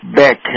back